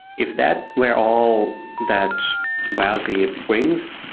if that were all that wasi brings,